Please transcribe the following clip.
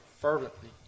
fervently